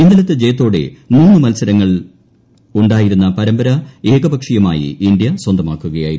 ഇന്നലത്തെ ജയത്തോട്ട് മൂന്ന് മൽസരങ്ങൾ ഉണ്ടായിരുന്ന പരമ്പര ഏകപക്ഷ്യീയിമായി ഇന്ത്യ സ്വന്തമാക്കുകയായിരുന്നു